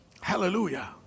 Hallelujah